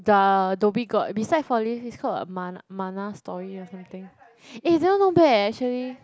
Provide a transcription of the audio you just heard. the Dhoby-Ghaut beside four leaves it's called a Mann~ Manna Story or something eh that one not bad eh actually